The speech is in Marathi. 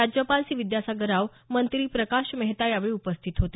राज्यपाल सी विद्यासागर राव मंत्री प्रकाश मेहता यावेळी उपस्थित होते